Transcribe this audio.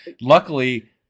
luckily